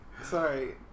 Sorry